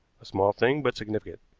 a small thing, but significant.